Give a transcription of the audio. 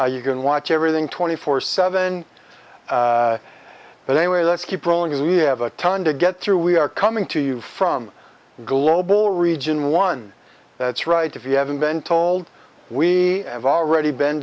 you can watch everything twenty four seven but anyway let's keep rolling as we have a ton to get through we are coming to you from global region one that's right if you haven't been told we have already been